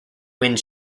wind